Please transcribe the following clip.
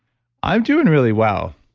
i'm doing really well